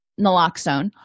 Naloxone